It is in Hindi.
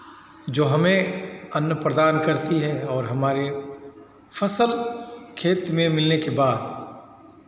जो हमें अन्न प्रदान करती है और हमारे फसल खेत में मिलने के बाद